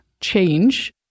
change